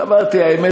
ואמרתי: האמת,